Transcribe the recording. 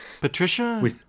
Patricia